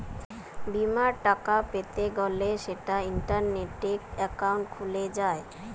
বিমার টাকা পেতে গ্যলে সেটা ইন্টারনেটে একাউন্ট খুলে যায়